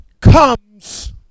comes